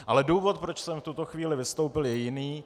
Ale důvod, proč jsem v tuto chvíli vystoupil, je jiný.